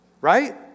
right